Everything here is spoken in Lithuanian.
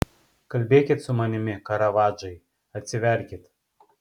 kalbėkit su manimi karavadžai atsiverkit